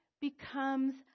becomes